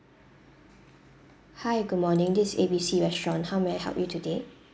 hi good morning this is A B C restaurant how may I help you today